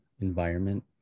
environment